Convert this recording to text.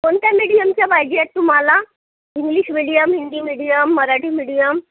कोणत्या मीडियमच्या पाहिजेत तुम्हाला English medium Hindi medium Marathi medium